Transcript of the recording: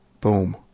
Boom